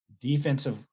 Defensive